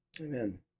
Amen